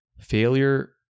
Failure